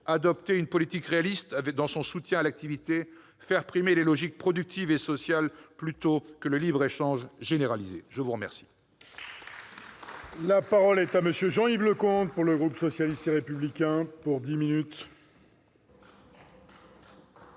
adopter une politique réaliste dans son soutien à l'activité, faire primer les logiques productives et sociales plutôt que le libre-échange généralisé. La parole